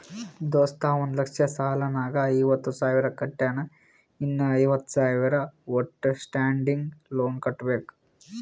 ದೋಸ್ತ ಒಂದ್ ಲಕ್ಷ ಸಾಲ ನಾಗ್ ಐವತ್ತ ಸಾವಿರ ಕಟ್ಯಾನ್ ಇನ್ನಾ ಐವತ್ತ ಸಾವಿರ ಔಟ್ ಸ್ಟ್ಯಾಂಡಿಂಗ್ ಲೋನ್ ಕಟ್ಟಬೇಕ್